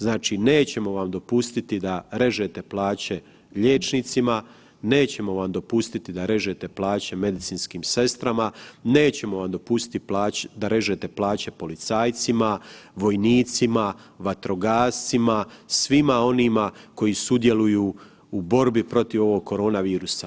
Znači nećemo vam dopustiti da režete plaće liječnicima, nećemo vam dopustiti da režete plaće medicinskim sestrama, nećemo vam dopustiti da režete plaće policajcima, vojnicima, vatrogascima, svima onima koji sudjeluju u borbi protiv ovog korona virusa.